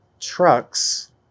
trucks